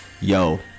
yo